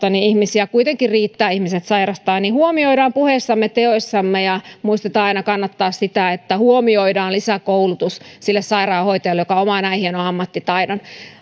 ihmisiä kuitenkin riittää kun ihmiset sairastavat huomioidaan tämä puheissamme teoissamme ja muistetaan aina kannattaa sitä että huomioidaan lisäkoulutus sille sairaanhoitajalle joka omaa näin hienon ammattitaidon